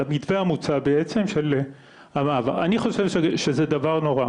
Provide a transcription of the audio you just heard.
על המתווה המוצא בעצם, אני חושב שזה דבר נורא.